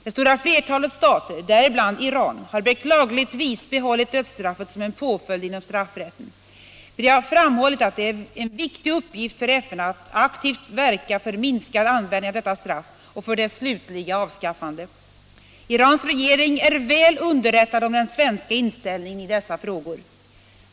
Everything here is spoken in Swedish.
Det stora flertalet stater — däribland Iran — har beklagligtvis behållit dödsstraffet som en påföljd inom straffrätten. Vi har framhållit att det är en viktig uppgift för FN att aktivt verka för minskad användning av detta straff och för dess slutliga avskaffande. Irans regering är väl underrättad om den svenska inställningen i dessa frågor.